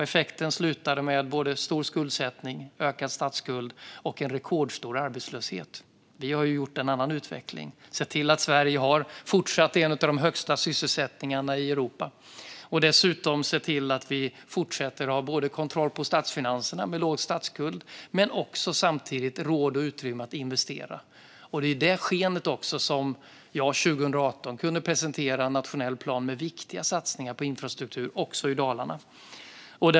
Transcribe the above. Effekten blev stor skuldsättning, ökad statsskuld och en rekordstor arbetslöshet. Vi har sett till att det blivit en annan utveckling. Vi har sett till att sysselsättningen i Sverige fortsatt är bland de högsta i Europa. Dessutom har vi sett till att ha fortsatt kontroll på statsfinanserna med låg statsskuld samtidigt som vi har råd och utrymme att investera. Det är mot bakgrund av detta som jag 2018 kunde presentera Nationell plan med viktiga satsningar på infrastruktur också i Dalarna.